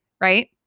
right